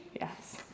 Yes